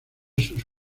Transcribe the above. sus